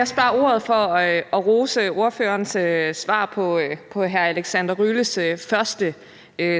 også bare ordet for at rose ordførerens svar på hr. Alexander Ryles første